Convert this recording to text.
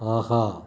ஆஹா